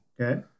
Okay